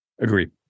agree